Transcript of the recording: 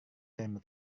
karena